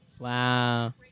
Wow